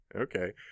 okay